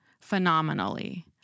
phenomenally